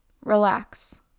relax